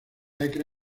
acre